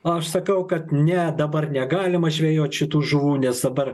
o aš sakau kad ne dabar negalima žvejot šitų žuvų nes dabar